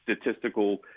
statistical